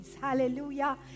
hallelujah